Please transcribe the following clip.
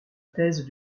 thèse